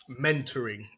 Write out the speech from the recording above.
mentoring